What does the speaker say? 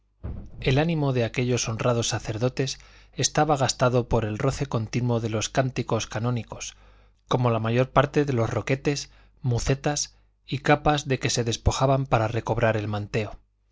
el ánimo de aquellos honrados sacerdotes estaba gastado por el roce continuo de los cánticos canónicos como la mayor parte de los roquetes mucetas y capas de que se despojaban para recobrar el manteo